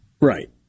Right